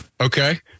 Okay